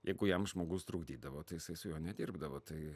jeigu jam žmogus trukdydavo tai jisai su juo nedirbdavo tai